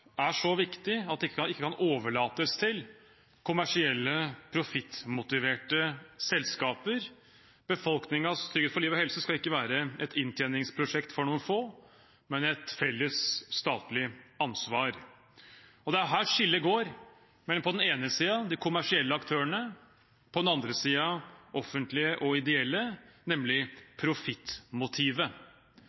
ikke kan overlates til kommersielle, profittmotiverte selskaper. Befolkningens trygghet for liv og helse skal ikke være et inntjeningsprosjekt for noen få, men et felles statlig ansvar. Det er her skillet mellom på den ene siden de kommersielle aktørene og på den andre siden offentlige og ideelle, går, nemlig profittmotivet.